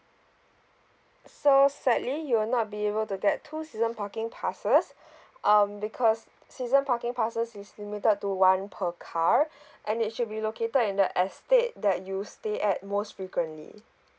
so sadly you will not be able to get two season parking passes um because season parking passes is limited to one per car and it should be located in the estate that you stay at most frequently